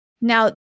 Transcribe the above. Now